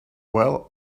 well